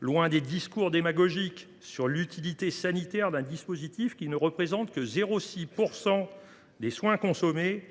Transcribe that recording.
Loin des discours démagogiques sur l’utilité sanitaire d’un dispositif qui ne représente que 0,6 % des soins consommés,